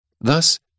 Thus